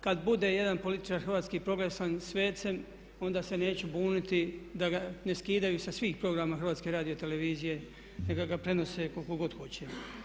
Kad bude jedan političar hrvatski proglašen svecem onda se neću buniti da ga ne skidaju sa svih programa HRT-a nego neka ga prenose koliko god hoće.